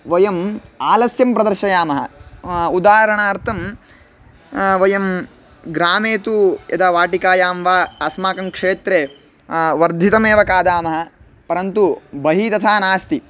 वयम् आलस्यं प्रदर्शयामः उदाहरणार्थं वयं ग्रामे तु यदा वाटिकायां वा अस्माकं क्षेत्रे वर्धितमेव कादामः परन्तु बहिः तथा नास्ति